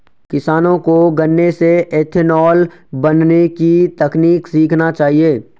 किसानों को गन्ने से इथेनॉल बनने की तकनीक सीखना चाहिए